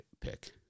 pick